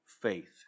faith